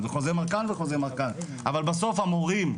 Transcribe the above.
אבל בסוף המורים,